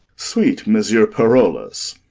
sweet monsieur parolles!